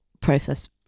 process